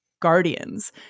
guardians